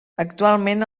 actualment